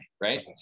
right